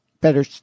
better